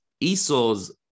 Esau's